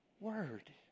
Word